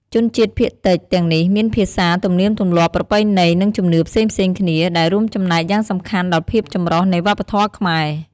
ជនជាតិភាគតិចទាំងនេះមានភាសា ទំនៀមទម្លាប់ ប្រពៃណី និងជំនឿផ្សេងៗគ្នា ដែលរួមចំណែកយ៉ាងសំខាន់ដល់ភាពចម្រុះនៃវប្បធម៌ខ្មែរ។